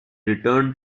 return